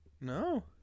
No